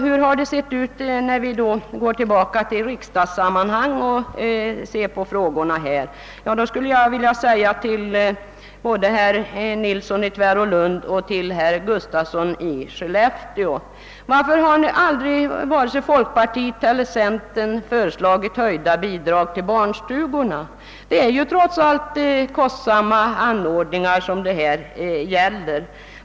När det gäller hur det tidigare sett ut i riksdagssammanhang beträffande dessa frågor skulle jag vilja fråga både herr Nilsson i Tvärålund och herr Gustafsson i Skellefteå: Varför har aldrig vare sig folkpartiet eller centerpartiet föreslagit höjda bidrag till barnstugorna? Dessa inrättningar är ju trots allt kostsamma.